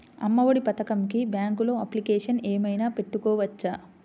అమ్మ ఒడి పథకంకి బ్యాంకులో అప్లికేషన్ ఏమైనా పెట్టుకోవచ్చా?